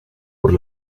por